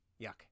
Yuck